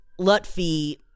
Lutfi